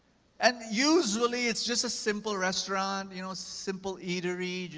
and usually, it's just a simple restaurant, you know. simple eatery,